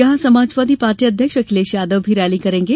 यहां समाजवादी पार्टी अध्यक्ष अखिलेश यादव भी रैली करेंगे